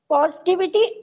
Positivity